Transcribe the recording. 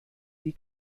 die